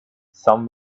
some